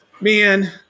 man